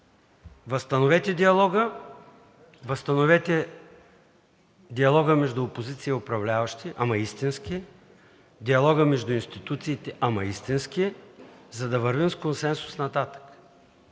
възстановете диалога между опозиция и управляващи, ама истински, диалога между институциите, ама истински, за да вървим с консенсус нататък.